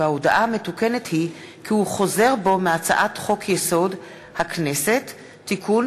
וההודעה המתוקנת היא כי הוא חוזר בו מהצעת חוק-יסוד: הכנסת (תיקון,